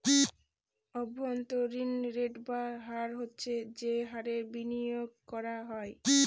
অভ্যন্তরীন রেট বা হার হচ্ছে যে হারে বিনিয়োগ করা হয়